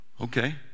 okay